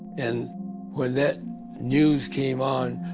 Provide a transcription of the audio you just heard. and when that news came on,